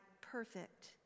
perfect